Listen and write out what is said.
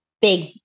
big